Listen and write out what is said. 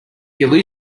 your